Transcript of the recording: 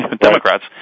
Democrats